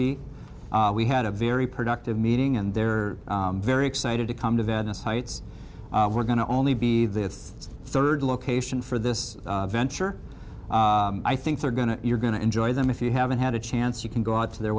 be we had a very productive meeting and they're very excited to come to venice heights we're going to only be the third location for this venture i think they're going to you're going to enjoy them if you haven't had a chance you can go out to their